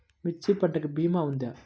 మిర్చి పంటకి భీమా ఉందా?